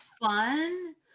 fun